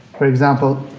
for example,